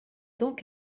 donc